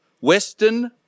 Western